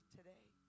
today